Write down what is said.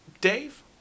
Dave